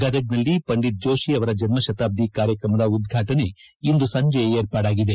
ಗದಗದಲ್ಲಿ ಪಂಡಿತ್ ಜೋತಿ ಅವರ ಜನ್ನ ಶತಾಬ್ಲಿ ಕಾರ್ಯಕ್ರಮದ ಉದ್ವಾಟನೆ ಇಂದು ಸಂಜೆ ವಿರ್ಪಾಡಾಗಿದೆ